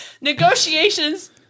Negotiations